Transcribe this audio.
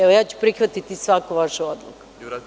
Evo ja ću prihvatiti svaku vašu odluku.